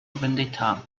vendetta